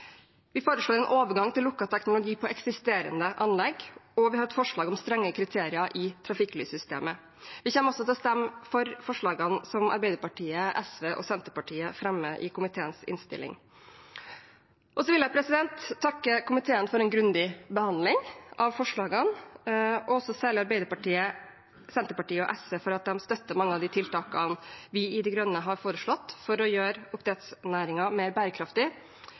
vi foreslår en overgang til lukket teknologi på eksisterende anlegg, og vi har et forslag om strenge kriterier i trafikklyssystemet. Vi kommer også til å stemme for forslagene som Arbeiderpartiet, SV og Senterpartiet fremmer i komiteens innstillinger. Jeg vil takke komiteen for en grundig behandling av forslagene og særlig takke Arbeiderpartiet, Senterpartiet og SV for at de støtter mange av tiltakene vi i De Grønne har foreslått for å gjøre oppdrettsnæringen mer bærekraftig.